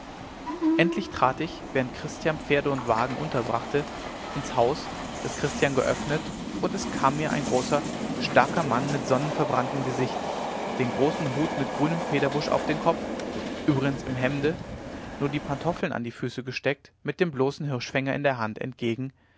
endlich trat ich während christian pferde und wagen unterbrachte ins haus das christian geöffnet und es kam mir ein großer starker mann mit sonneverbranntem gesicht den großen hut mit grünem federbusch auf dem kopf übrigens im hemde nur die pantoffeln an die füße gesteckt mit dem bloßen hirschfänger in der hand entgegen